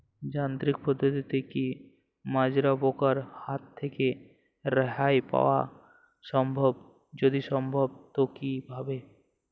যান্ত্রিক পদ্ধতিতে কী মাজরা পোকার হাত থেকে রেহাই পাওয়া সম্ভব যদি সম্ভব তো কী ভাবে?